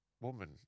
woman